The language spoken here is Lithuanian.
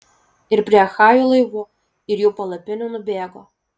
ir prie achajų laivų ir jų palapinių nubėgo